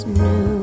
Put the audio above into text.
new